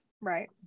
right